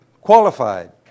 qualified